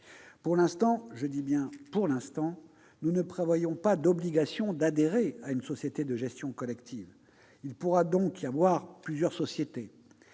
Pour l'instant- je dis bien : pour l'instant -, nous ne prévoyons pas d'obligation d'adhérer à une société de gestion collective. Il pourra donc y avoir plusieurs sociétés